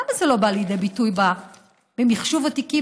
למה זה לא בא לידי ביטוי במחשוב התיקים,